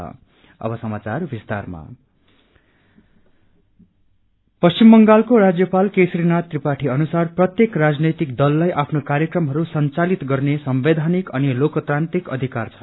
governor पश्चिम बंगालको राज्यपाल केसरीनाथ त्रिपाठी अनुसार प्रत्येक राजनैतिक दललाई आफ्नो कार्यक्रमहरू संचालित गर्ने संवैधानिक अनि लोकतांत्रिक अधिकार छ